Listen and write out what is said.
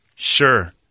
Sure